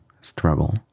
struggle